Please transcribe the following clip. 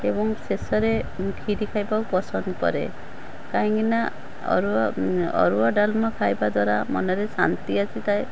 ଏବଂ ଶେଷରେ ଖିରୀ ଖାଇବାକୁ ପସନ୍ଦ କରେ କାହିଁକି ନା ଅରୁଆ ଅରୁଆ ଡାଲମା ଖାଇବା ଦ୍ୱାରା ମନରେ ଶାନ୍ତି ଆସିଥାଏ